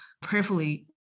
prayerfully